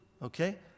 Okay